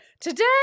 today